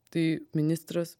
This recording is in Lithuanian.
tai ministras